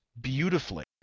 beautifully